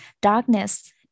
darkness